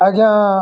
ଆଜ୍ଞା